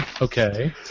Okay